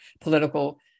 political